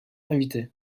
invité